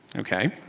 ok.